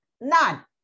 none